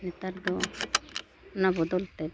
ᱱᱮᱛᱟᱨ ᱫᱚ ᱚᱱᱟ ᱵᱚᱫᱚᱞᱛᱮ